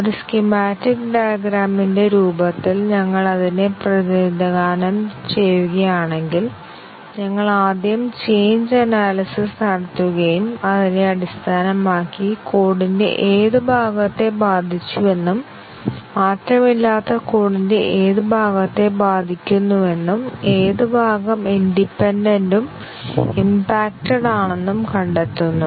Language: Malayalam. ഒരു സ്കീമാറ്റിക് ഡയഗ്രാമിന്റെ രൂപത്തിൽ ഞങ്ങൾ അതിനെ പ്രതിനിധാനം ചെയ്യുകയാണെങ്കിൽ ഞങ്ങൾ ആദ്യം ചേഞ്ച് അനാലിസിസ് നടത്തുകയും അതിനെ അടിസ്ഥാനമാക്കി കോഡിന്റെ ഏത് ഭാഗത്തെ ബാധിച്ചുവെന്നും മാറ്റമില്ലാത്ത കോഡിന്റെ ഏത് ഭാഗത്തെ ബാധിക്കുന്നുവെന്നും ഏത് ഭാഗം ഇൻഡിപെൻഡെന്റ് ഉം ഇംപാക്ട്ഡ് ആണെന്നും കണ്ടെത്തുന്നു